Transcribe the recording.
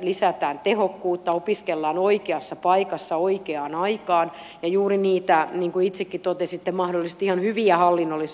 lisätään tehokkuutta opiskellaan oikeassa paikassa oikeaan aikaan ja juuri niitä niin kuin itsekin totesitte mahdollisesti ihan hyviä hallinnollisia muutoksia